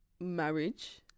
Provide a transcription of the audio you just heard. marriage